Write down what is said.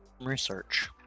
research